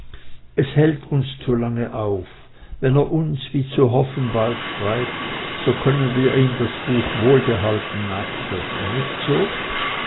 es hält uns zu lange auf wenn er uns wie zu hoffen bald schreibt so können wir ihm das buch wohlbehalten nachsenden nicht so